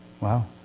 Wow